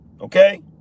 okay